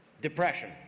depression